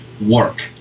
work